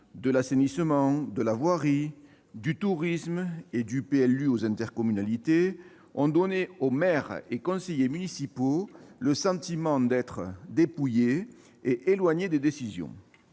de l'assainissement, de la voirie, du tourisme et du plan local d'urbanisme aux intercommunalités a donné aux maires et aux conseillers municipaux le sentiment d'être dépouillés et éloignés des décisions.